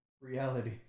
Reality